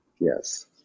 Yes